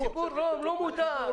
הציבור לא מודע.